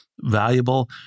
valuable